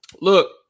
Look